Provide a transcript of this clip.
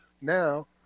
now